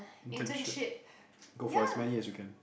internship go for as many as you can